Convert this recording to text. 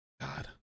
God